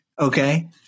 Okay